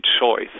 choice